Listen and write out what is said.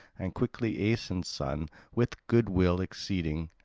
and quickly aeson's son, with good will exceeding,